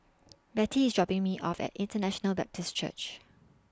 Bettye IS dropping Me off At International Baptist Church